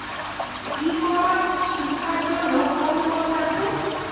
ই commerce শেক্ষার জন্য কোন কোর্স আছে?